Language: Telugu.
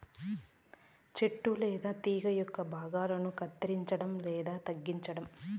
చెట్టు లేదా తీగ యొక్క భాగాలను కత్తిరించడం లేదా తగ్గించటం